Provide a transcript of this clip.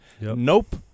Nope